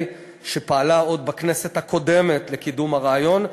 שפעלה עוד בכנסת הקודמת לקידום הרעיון,